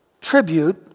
tribute